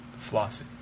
flossing